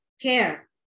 care